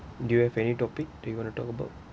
do you have any topic do you want to talk about